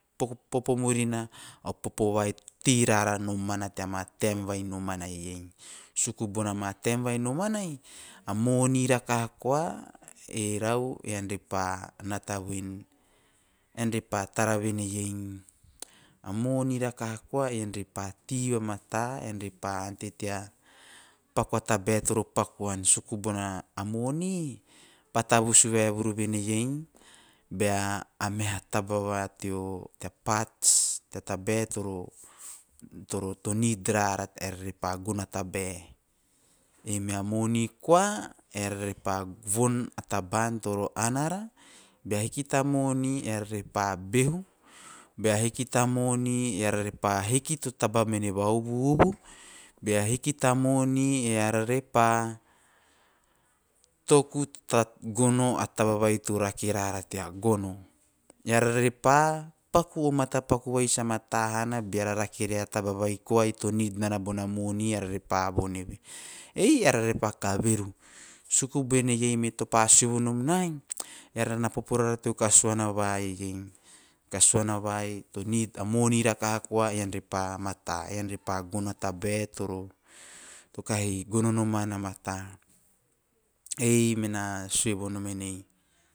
Popo murina a popo vai to tei rara nomana teara taen vai nomanai suku bona ma taem vai nomanai a moni rakaha koa erau ean re pa nata voen, ean re pa tara vene iei a moni rakaha koa ean re pa tei vamata, ean re pa ante tea paku a tabae toro paku an suku bona moni rakaha koa ean re pa vamaa, ean re pa ante tea paku a tabae toro paku ana suku bona moni pa tavus vaevuru veneiei bea a taba va teo, tea parts tea tabae toro, toro to nid rara eara re pa gono a tabae, ei mea moni koa eara re pa von a taba`an toro an ara bea hiki ta moni eara re pa behu, behu hiki ta moni eara re pa hiki to taba mene va uvu`uvu, bea hiki ta moni eara re pa toku ta gono a taba vai to rake rara tea gono a taba vai to rake rara tea gono eara re pa paku o matapaku vai sa mata hana beara rake re a taba vai koai to nid rara bona moni eara re pa von eve, ei eara pa kavevu suku bene topa sue vonom nae, eara na popo rara teo kasuana va iei, kasuana vai to nid a moni rakaha va iei, kasuana vai to nid a moni rakaha koa eara re pa mata ean re pa gono a tabae to kahi gono noman a mata ei mena sue vonomen.